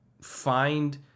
find